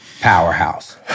powerhouse